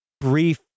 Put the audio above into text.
brief